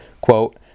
Quote